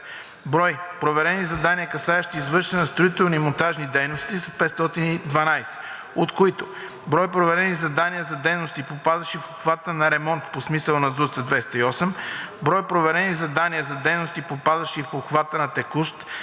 Брой проверени задания, касаещи извършени строителни и монтажни дейности, са 512, от които брой проверени задания за дейности, попадащи в обхвата на ремонт, по смисъл на ЗУТ – 208. Брой проверени задания за дейности, попадащи в обхвата на текущ